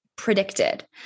Predicted